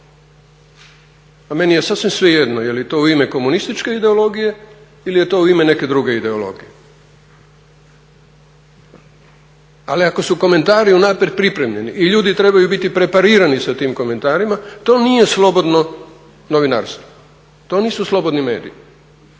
Ma meni je sasvim svejedno je li to u ime komunističke ideologije ili je to u ime neke druge ideologije ali ako su komentari unaprijed pripremljeni i ljudi trebaju biti preparirani sa tim komentarima to nije slobodno novinarstvo, to nisu slobodni mediji.